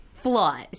flaws